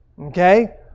Okay